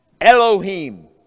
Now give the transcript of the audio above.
Elohim